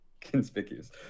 Conspicuous